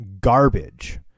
garbage